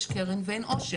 יש קרן ואין עושר,